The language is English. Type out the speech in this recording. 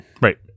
Right